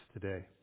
today